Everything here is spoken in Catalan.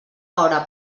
hora